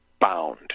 bound